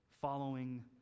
following